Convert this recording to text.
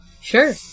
Sure